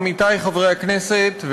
עמיתי חברי הכנסת,